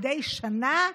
מדי שנה,